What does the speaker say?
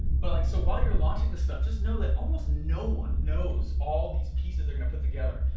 but like so while you're launching this stuff, just know that almost no one knows all these pieces they're gonna put together.